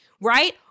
right